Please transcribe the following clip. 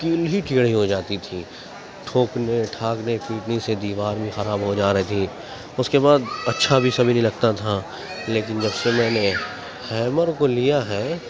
کیل ہی ٹیڑھی ہو جاتی تھی ٹھونکنے ٹھاکنے کی وجہ سے دیوار بھی خراب ہو جا رہی تھی اس کے بعد اچھا بیچھا بھی نہیں لگتا تھا لیکن جب سے میں نے ہیمر کو لیا ہے